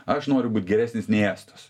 aš noriu būt geresnis nei estas